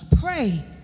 pray